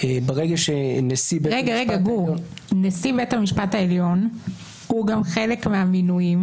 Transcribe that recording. נשיא בית המשפט העליון הוא גם חלק מהמינויים